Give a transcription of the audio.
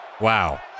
Wow